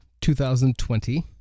2020